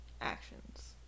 actions